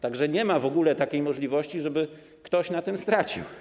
Tak że nie ma w ogóle takiej możliwości, żeby ktoś na tym stracił.